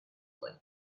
link